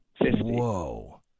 Whoa